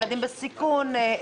ילדים בסיכון,